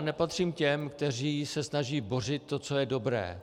Nepatřím k těm, kteří se snaží bořit to, co je dobré.